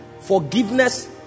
forgiveness